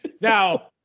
Now